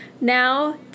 now